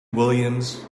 williams